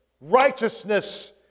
righteousness